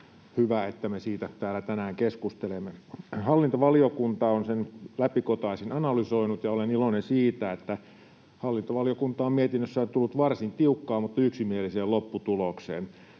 hyvä, että me siitä täällä tänään keskustelemme. Hallintovaliokunta on sen läpikotaisin analysoinut, ja olen iloinen siitä, että hallintovaliokunta on mietinnössään tullut varsin tiukkaan mutta yksimieliseen lopputulokseen: